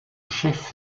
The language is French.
chef